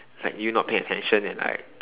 like you not paying attention and like